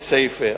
כסייפה,